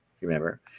Remember